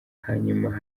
hanyuma